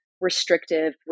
restrictive